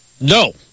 No